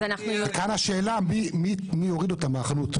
וכאן השאלה מי הוריד אותה מהחנות,